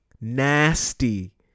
nasty